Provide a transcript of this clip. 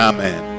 Amen